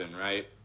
right